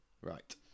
right